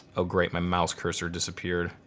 oh great my mouse cursor disappeared.